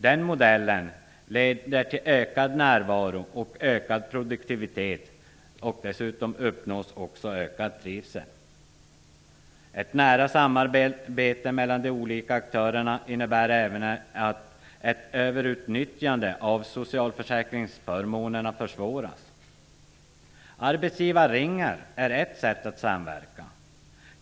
Den modellen leder till ökad närvaro och ökad produktivitet, och dessutom uppnås ökad trivsel. Ett nära samarbete mellan olika aktörer innebär även att ett överutnyttjande av socialförsäkringsförmånen försvåras. Arbetsgivarringar är ett sätt att samverka.